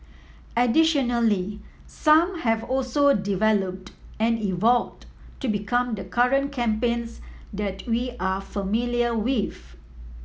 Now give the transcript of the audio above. additionally some have also developed and evolved to become the current campaigns that we are familiar with